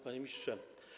Panie Ministrze!